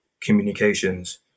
communications